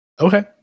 Okay